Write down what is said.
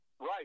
Right